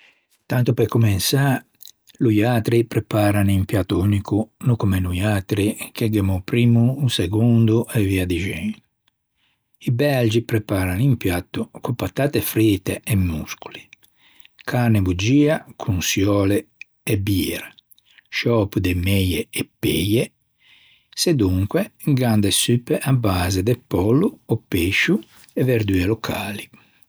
Tanto pe comensâ loiatri preparan un piatto unico no comme noiatri che gh'emmo o primmo, o segondo e via dixendo. I belgi preparan un piatto con patatte frite e moscoli, carne boggio con çioule e bîra, sciöpo de meie e peie. Sedonque gh'an de suppe a base de pollo e pescio e verdue locali.